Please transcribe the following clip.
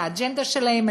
את האג'נדה שלהם.